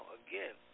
again